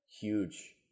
huge